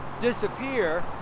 disappear